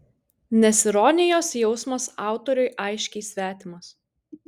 nes ironijos jausmas autoriui aiškiai svetimas